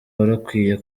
warukwiye